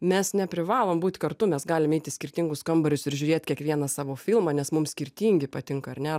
mes neprivalom būt kartu mes galim eit į skirtingus kambarius ir žiūrėt kiekvienas savo filmą nes mums skirtingi patinka ar ne